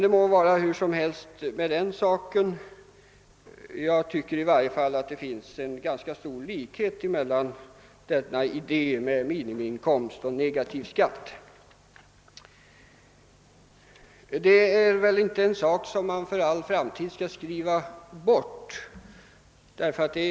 Det må förhålla sig hur som helst med den saken. Jag tycker i varje fall att det finns ganska stor likhet mellan minimiinkomst och negativ skatt. Tanken på minimiinkomst eller negativ skatt är väl inte någonting som man skall skriva bort för all framtid.